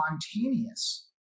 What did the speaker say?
spontaneous